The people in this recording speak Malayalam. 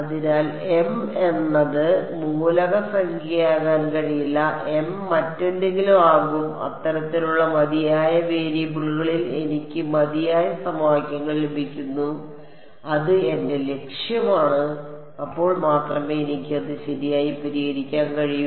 അതിനാൽ m എന്നത് മൂലക സംഖ്യയാകാൻ കഴിയില്ല m മറ്റെന്തെങ്കിലും ആകും അത്തരത്തിലുള്ള മതിയായ വേരിയബിളുകളിൽ എനിക്ക് മതിയായ സമവാക്യങ്ങൾ ലഭിക്കുന്നു അത് എന്റെ ലക്ഷ്യമാണ് അപ്പോൾ മാത്രമേ എനിക്ക് അത് ശരിയായി പരിഹരിക്കാൻ കഴിയൂ